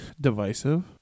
divisive